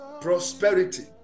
prosperity